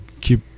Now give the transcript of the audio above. keep